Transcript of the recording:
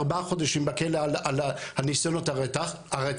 ארבעה חודשים בכלא על ניסיונות הרצח,